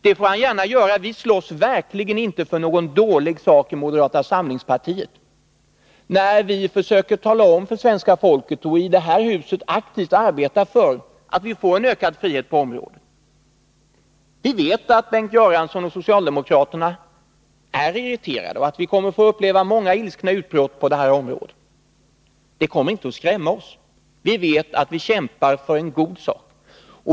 Det får han gärna göra — vi slåss verkligen inte för någon dålig sak när vi försöker att inför svenska folket tala för och i det här huset aktivt arbeta för ökad yttrandefrihet. Vi vet att Bengt Göransson och socialdemokraterna är känsliga för detta och att vi kommer att få uppleva många ilskna utbrott. Det kommer inte att skrämma oss — vi vet att vi kämpar för en god sak.